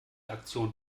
aktion